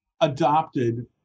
adopted